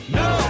no